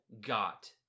got